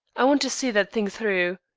i want to see that thing through.